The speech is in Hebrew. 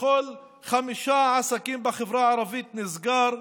מכל חמישה עסקים בחברה הערבית נסגר,